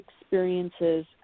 experiences